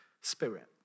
Spirit